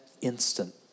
instant